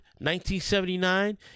1979